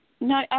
No